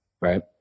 right